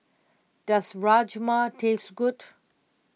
does Rajma taste good